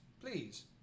please